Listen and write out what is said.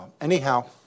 Anyhow